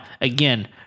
again